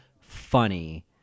funny